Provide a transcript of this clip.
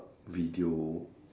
video